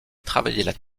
travaillaient